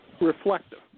reflective